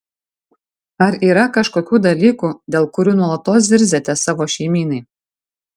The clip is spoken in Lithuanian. ar yra kažkokių dalykų dėl kurių nuolatos zirziate savo šeimynai